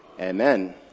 Amen